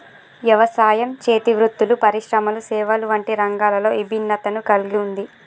యవసాయం, చేతి వృత్తులు పరిశ్రమలు సేవలు వంటి రంగాలలో ఇభిన్నతను కల్గి ఉంది